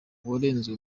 warezwe